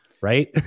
Right